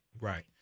Right